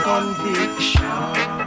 Conviction